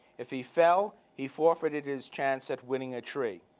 if he fell, he forfeited his chance at winning a tree.